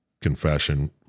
confession